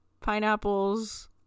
Pineapples